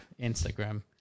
Instagram